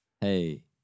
Hey